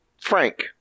Frank